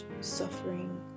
suffering